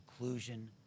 inclusion